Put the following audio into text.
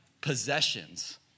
Possessions